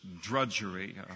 drudgery